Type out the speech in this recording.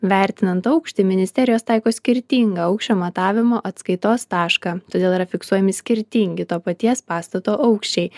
vertinant aukštį ministerijos taiko skirtingą aukščio matavimo atskaitos tašką todėl yra fiksuojami skirtingi to paties pastato aukščiai